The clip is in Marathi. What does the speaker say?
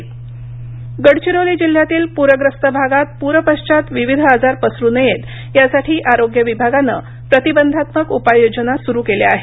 गडचिरोली गडचिरोली जिल्हयातील पूरग्रस्त भागात पूरपश्वात विविध आजार पसरू नयेत या साठी आरोग्य विभागानं प्रतिबंधात्मक उपाय योजना सुरू केल्या आहेत